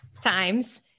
times